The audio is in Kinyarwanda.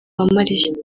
uwamariya